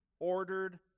ordered